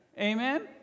Amen